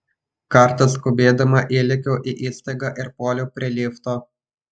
kartą skubėdama įlėkiau į įstaigą ir puoliau prie lifto